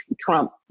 Trump